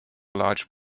large